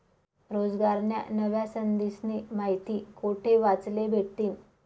रोजगारन्या नव्या संधीस्नी माहिती कोठे वाचले भेटतीन?